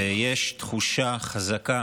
ויש תחושה חזקה